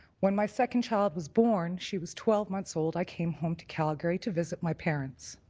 when my second child was born she was twelve months old, i came home to calgary to visit my parents.